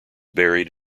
buried